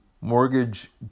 Mortgage